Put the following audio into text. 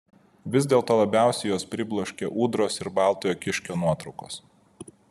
vis dėlto labiausiai juos pribloškė ūdros ir baltojo kiškio nuotraukos